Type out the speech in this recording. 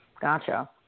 Gotcha